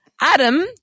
Adam